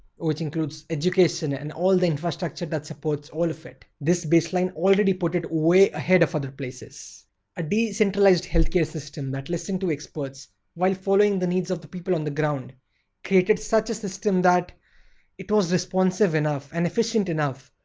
which includes education, and all the infrastructure which but supports all of it. this baseline already put it way ahead of other places a decentralised healthcare system that listened to experts while following the needs of the people on the ground created such a system that it was responsive enough, and efficient enough,